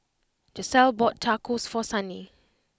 Giselle bought Tacos for Sunny